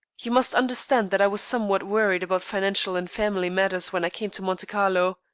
you must understand that i was somewhat worried about financial and family matters when i came to monte carlo.